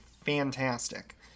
fantastic